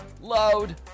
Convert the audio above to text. load